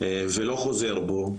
ולא חוזר בו,